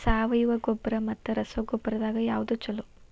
ಸಾವಯವ ಗೊಬ್ಬರ ಮತ್ತ ರಸಗೊಬ್ಬರದಾಗ ಯಾವದು ಛಲೋ?